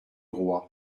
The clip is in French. roi